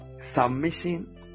submission